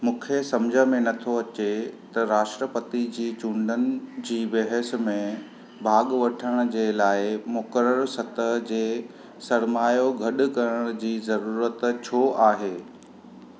मूंखे सम्झि में नथो अचे त राष्ट्रपति जी चूंडन जी बहस में भाॻु वठण जे लाइ मुकररु सतह जे सरमायो गडु॒ करण जी ज़रूरत छो आहे